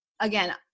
again